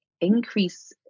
increase